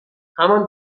همان